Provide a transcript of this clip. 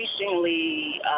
increasingly